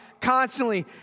constantly